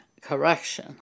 correction